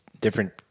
different